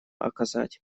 оказать